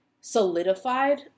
solidified